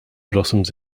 blossoms